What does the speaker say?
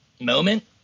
moment